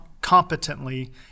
competently